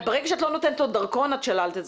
ברגע שאת לא נותנת לו דרכון, את שללת אזרחות.